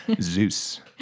Zeus